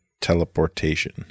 teleportation